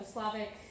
Slavic